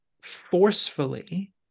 forcefully